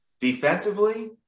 defensively